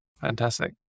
Fantastic